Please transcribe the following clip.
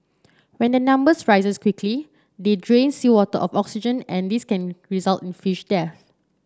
when their numbers rises quickly they drain seawater of oxygen and this can result in fish death